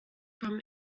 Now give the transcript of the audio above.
from